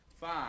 Five